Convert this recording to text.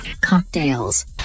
Cocktails